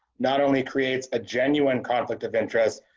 not only creates a genuine conflict of interest.